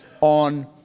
on